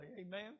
Amen